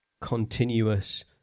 continuous